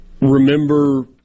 Remember